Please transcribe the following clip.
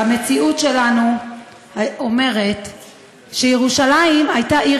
המציאות שלנו אומרת שירושלים הייתה עיר